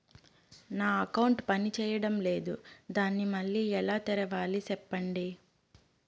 నా అకౌంట్ పనిచేయడం లేదు, దాన్ని మళ్ళీ ఎలా తెరవాలి? సెప్పండి